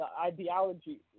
ideology